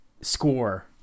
score